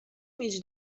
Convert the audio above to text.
mieć